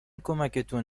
کمکتون